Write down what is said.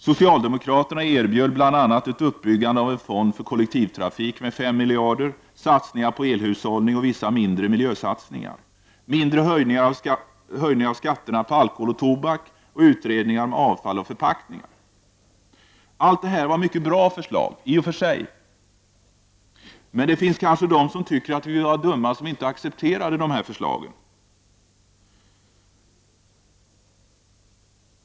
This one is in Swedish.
Socialdemokraterna erbjöd bl.a. uppbyggande av en fond för kollektivtrafik på 5 miljarder kronor, satsningar på elhushållning och vissa mindre miljösatsningar, mindre höjningar av skatterna på alkohol och tobak samt utredningar om avfall och förpackningar. Allt det här var i och för sig mycket bra förslag. Det finns kanske de som tycker att vi var dumma som inte accepterade dem.